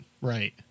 right